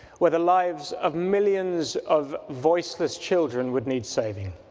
where the lives of millions of voices children would need saving.